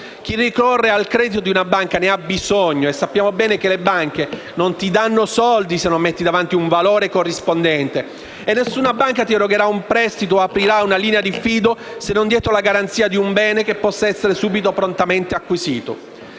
Chi ricorre al credito di una banca è perché ne ha bisogno e sappiamo bene che le banche non danno soldi a chi non mette davanti un valore corrispondente e nessuna banca eroga un prestito o apre una linea di fido se non dietro la garanzia di un bene che possa essere prontamente acquisito.